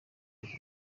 leta